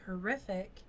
horrific